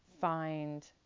find